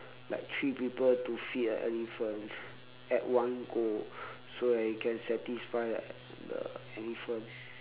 like three people to feed a elephant at one go so that you can satisfy the elephant